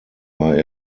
war